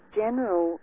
general